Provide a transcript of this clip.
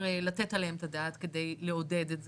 לתת עליהם את הדעת כדי לעודד את זה.